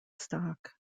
stock